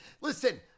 listen